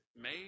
made